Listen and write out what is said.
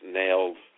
nailed